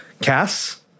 Cass